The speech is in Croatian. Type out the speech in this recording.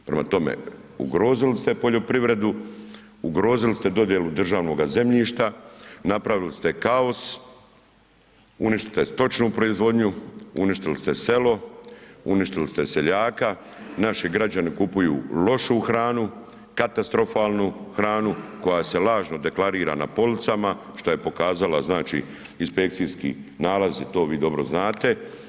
Prema tome, ugrozili ste poljoprivredu, ugrozili ste dodjelu državnoga zemljišta, napravili ste kaos, uništili ste stočnu proizvodnju, uništili ste selo, uništili se seljaka, naši građani kupuju lošu hranu, katastrofalnu hranu koja se lažno deklarira na policama, što je pokazala znači inspekcijski nalazi, to vi dobro znate.